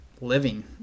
living